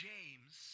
James